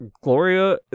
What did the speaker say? Gloria